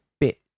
bit